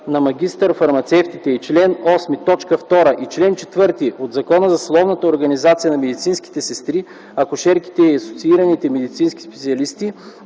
на магистър-фармацевтите и чл. 8, т. 2 и чл. 4 от Закона за съсловната организация на медицинските сестри, акушерките и асоциираните медицински специалисти